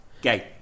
Gay